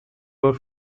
were